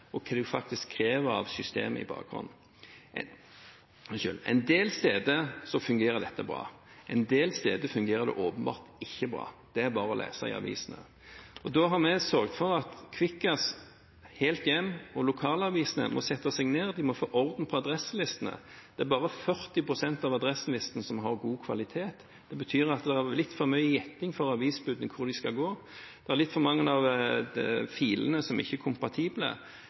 krever av systemet i bakhånd. En del steder fungerer dette bra. En del steder fungerer det åpenbart ikke bra, det er bare å lese avisene. Da har vi sørget for at Kvikkas, Helthjem og lokalavisene må sette seg ned, de må få orden på adresselistene. Det er bare 40 pst. av adresselistene som har god kvalitet. Det betyr at det er litt for mye gjetting for avisbudene på hvor de skal gå. Det er litt for mange av filene som ikke er kompatible.